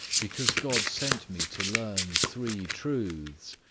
because god sent me to learn three truths,